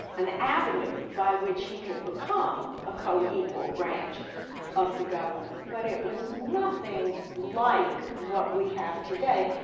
an avenue by which he could become a coequal branch of the government. but it was nothing like what we have today.